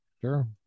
Sure